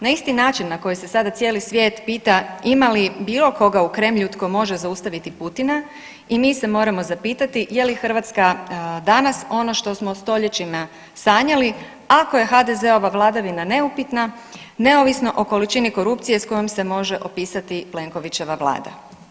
Na isti način na koji se sada cijeli svijet pita ima li bilo koga u Kremlju tko može zaustaviti Putina i mi se moramo zapitati je li Hrvatska danas ono što smo stoljećima sanjali, ako je HDZ-ova vladavina neupitna neovisno o količini korupcije s kojom se može opisati Plenkovićeva Vlada.